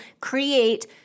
create